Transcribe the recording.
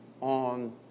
on